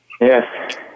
Yes